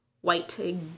white